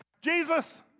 Jesus